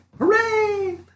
Hooray